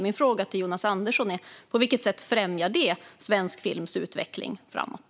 Min fråga till Jonas Andersson är på vilket sätt det främjar svensk films utveckling framåt.